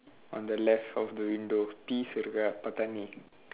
on the left of the window peas இருக்கா பட்டாணி:irukkaa patdaani